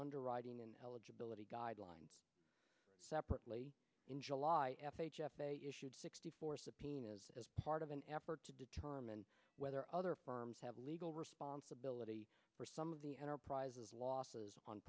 underwriting and eligibility guidelines separately in july f h f a issued sixty four subpoenas as part of an effort to determine whether other firms have legal responsibility for some of the enterprises losses on